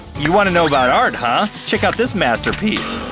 you wanna know about art, huh? check out this masterpiece!